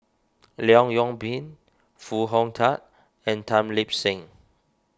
Leong Yoon Pin Foo Hong Tatt and Tan Lip Seng